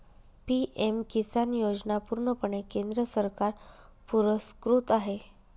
PM किसान योजना पूर्णपणे केंद्र सरकार पुरस्कृत आहे